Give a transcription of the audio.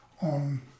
on